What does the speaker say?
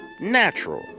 natural